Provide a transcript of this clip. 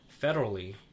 federally